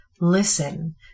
Listen